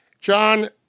John